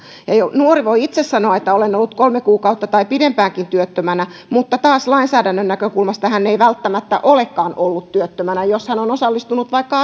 nuori voi itse sanoa että on ollut kolme kuukautta tai pidempäänkin työttömänä mutta taas lainsäädännön näkökulmasta hän ei välttämättä olekaan ollut työttömänä jos hän on osallistunut vaikka